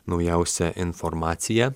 naujausią informaciją